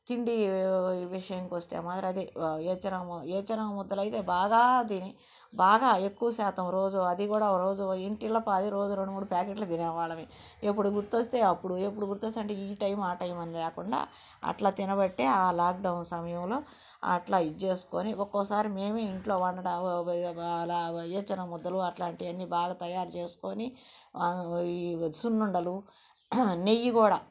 తిండి విషయంకి వస్తే మాత్రం అదే వేరుశనగ వేరుశనగ ముద్దలు అయితే బాగా తిని బాగా ఎక్కువ శాతం అది కూడా రోజు ఓ రోజు ఇంటిల్లిపాది రోజు రెండు మూడు ప్యాకెట్లు తినేవాళ్ళము ఎప్పుడు గుర్తొస్తే అప్పుడు ఎప్పుడు గుర్తొస్తే అంటే ఈ టైం ఆ టైం అని లేకుండా అట్లా తినబట్టే ఆ లాక్డౌన్ సమయంలో అట్లా ఇది చేసుకొని ఒక్కోసారి మేమే ఇంట్లో వేరుశనగ ముద్దలు అట్లాంటివి అన్నీ బాగా తయారు చేసుకొని సున్ని ఉండలు నెయ్యి కూడా